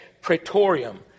praetorium